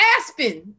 Aspen